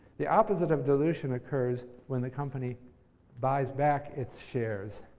the opposite of dilution occurs when the company buys back its shares.